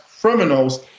criminals